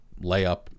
layup